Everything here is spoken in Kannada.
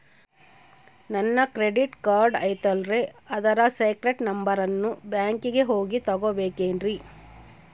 ನನ್ನ ಕ್ರೆಡಿಟ್ ಕಾರ್ಡ್ ಐತಲ್ರೇ ಅದರ ಸೇಕ್ರೇಟ್ ನಂಬರನ್ನು ಬ್ಯಾಂಕಿಗೆ ಹೋಗಿ ತಗೋಬೇಕಿನ್ರಿ?